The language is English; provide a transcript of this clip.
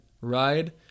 ride